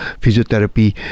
physiotherapy